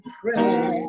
pray